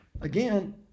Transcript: again